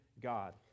God